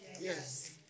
Yes